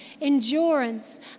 endurance